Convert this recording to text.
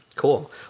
Cool